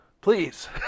Please